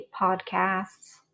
podcasts